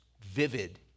vivid